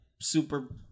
super